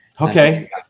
Okay